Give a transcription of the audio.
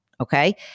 Okay